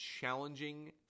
challenging